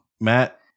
Matt